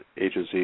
agency